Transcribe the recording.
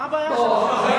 מה הבעיה?